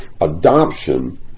Adoption